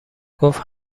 گفت